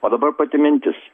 o dabar pati mintis